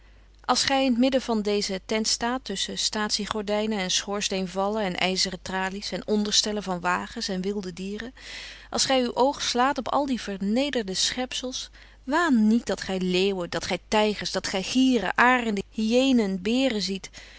als gij in t midden van deze tent staat tusschen staatsiegordijnen en schoorsteenvallen en ijzeren tralies en onderstellen van wagens en wilde dieren als gij uw oog slaat op al die vernederde schepsels waan niet dat gij leeuwen dat gij tijgers dat gij gieren arenden hyenen beren ziet